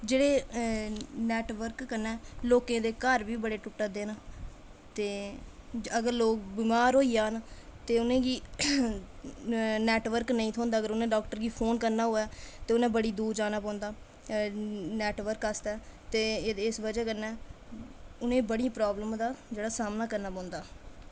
जेह्ड़े नेटवर्क कन्नै लोकें दे घर बी बड़े टुटा दे न ते अगर लोग बमार होई जान ते उनेंगी नेटवर्क नेईं थ्होंदा अगर उ'नें डॉक्टर गी फोन करना होऐ ते उनें बड़ी दूर जाना पौंदा नेटवर्क आस्तै ते एह्दी बजह कन्नै बड़ी प्रॉब्लम दा सामना करना पौंदा